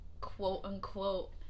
quote-unquote